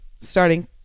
starting